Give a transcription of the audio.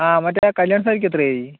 ആ മറ്റേ ആ കല്യാണ സാരിക്കെത്രയായി